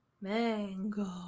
Mango